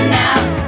now